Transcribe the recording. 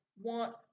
want